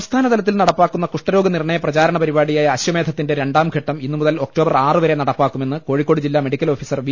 സംസ്ഥാനതലത്തിൽ നടപ്പാക്കുന്ന കുഷ്ഠരോഗനിർണയ പ്രചാരണ പരിപാടിയായിഅശ്വമേധത്തിന്റെ രണ്ടാംഘട്ടം ഇന്ന് മുതൽ ഒക്ടോബർ ആറ് വരെ നടപ്പാക്കുമെന്ന് കോഴിക്കോട് ജില്ലാ മെഡിക്കൽ ഓഫീസർ വി